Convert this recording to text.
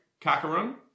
Kakarun